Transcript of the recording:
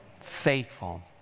Faithful